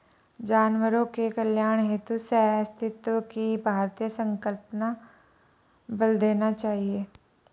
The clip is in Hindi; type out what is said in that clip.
जानवरों के कल्याण हेतु सहअस्तित्व की भारतीय संकल्पना पर बल देना चाहिए